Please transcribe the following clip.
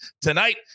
tonight